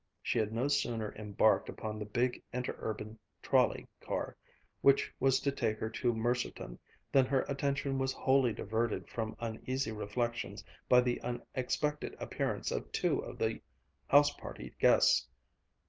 she had no sooner embarked upon the big interurban trolley-car which was to take her to mercerton than her attention was wholly diverted from uneasy reflections by the unexpected appearance of two of the house-party guests.